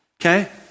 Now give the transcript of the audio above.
okay